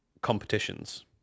competitions